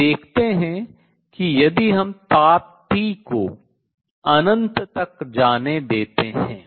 अब देखते हैं कि यदि हम ताप T को अनंत तक जाने देते हैं